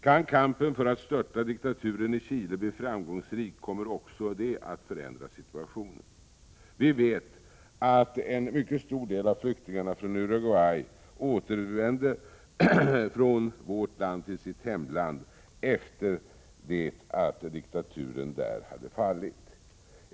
Kan kampen för att störta diktaturen i Chile bli framgångsrik, kommer också detta att förändra situationen. Vi vet att en mycket stor del av flyktingarna från Uruguay återvände från vårt land till sitt hemland efter det att diktaturen där hade fallit.